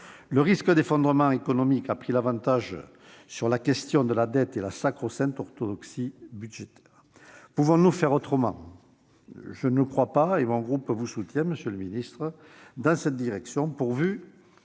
Le risque d'effondrement économique a pris l'avantage sur la question de la dette et la sacro-sainte orthodoxie budgétaire. Pouvons-nous faire autrement ? Je ne le crois pas et mon groupe vous soutient, monsieur le ministre, dans cette direction, pourvu